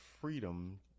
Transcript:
freedom